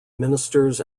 ministers